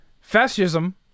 fascism